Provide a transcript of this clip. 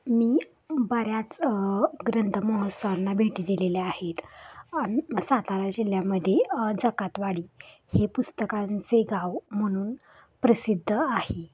मी बऱ्याच ग्रंथमहोत्सवांना भेटी दिलेल्या आहेत सातारा जिल्ह्यामध्ये जकातवाडी हे पुस्तकांचे गाव म्हणून प्रसिद्ध आहे